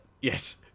Yes